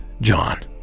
John